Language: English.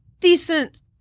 decent